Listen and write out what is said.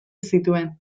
zituen